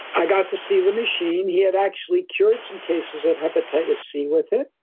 i got to see the machine. he had actually cured some cases of hepatitis c with it,